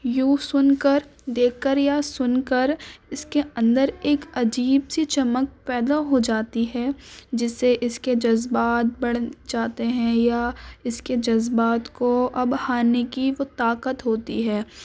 یوں سن کر دیکھ کر یا سن کر اس کے اندر ایک عجیب سی چمک پیدا ہو جاتی ہے جس سے اس کے جذبات بڑھ جاتے ہیں یا اس کے جذبات کو اب ہارنے کی وہ طاقت ہوتی ہے